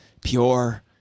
Pure